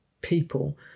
people